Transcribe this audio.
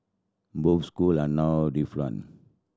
both school are now